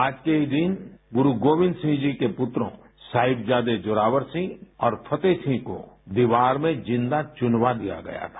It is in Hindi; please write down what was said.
आज के ही दिन गुरु गोविंद सिंह जी के पुत्रों साहिबजादे जोरावर सिंह और फतेह सिंह को दीवार में जिंदा चुनवा दिया गया था